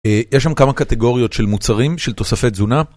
יש שם כמה קטגוריות של מוצרים, של תוספי תזונה.